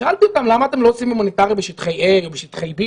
שאלתי אותם למה אתם לא עושים הומניטרי בשטחי A או בשטחי B?